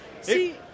See